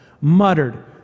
muttered